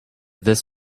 this